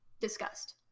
discussed